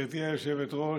גברתי היושבת-ראש,